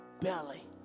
belly